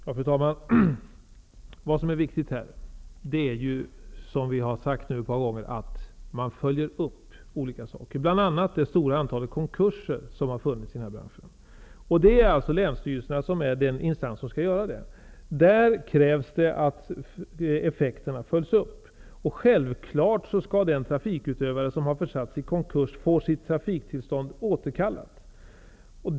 Fru talman! Vad som är viktigt är ju, som vi har sagt ett par gånger, att följa upp olika saker, bl.a. det stora antal konkurser som har förekommit i branschen. Länsstyrelsen är alltså den instans som skall göra det. Självklart skall den trafikutövare som har försatts i konkurs få sitt trafiktillstånd inkallat.